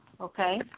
okay